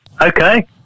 okay